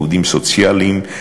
עובדים סוציאליים,